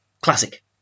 classic